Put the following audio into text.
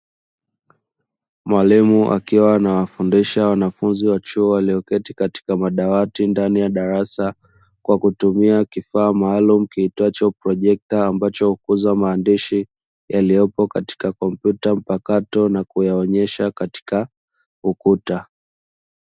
Mwalimu akiwa anawafundisha wanafunzi wa chuo walioketi katika madawati ndani ya darasa, kwa kutumia kifaa maalumu kiitwacho projekta ambacho hukuza maandishi yaliyopo katika kompyuta mpakato na kuyaonyesha katika ukuta.